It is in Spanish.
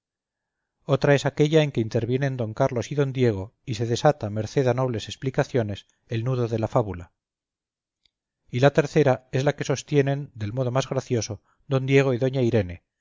otra es aquella en que intervienen d carlos y don diego y se desata merced a nobles explicaciones el nudo de la fábula y la tercera es la que sostienen del modo más gracioso d diego y doña irene